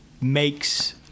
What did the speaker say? makes